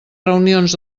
reunions